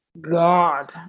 God